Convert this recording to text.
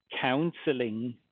counselling